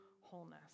wholeness